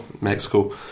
Mexico